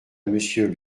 monsieur